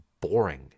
boring